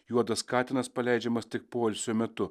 juodas katinas paleidžiamas tik poilsio metu